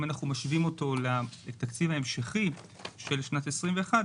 אם אנחנו משווים אותו לתקציב המשכי של שנת 2021,